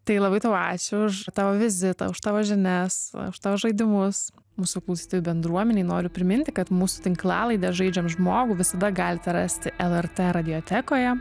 tai labai tau ačiū už tavo vizitą už tavo žinias už tavo žaidimus mūsų klausytojų bendruomenei noriu priminti kad mus tinklalaidę žaidžiam žmogų visada galite rasti lrt radiotekoje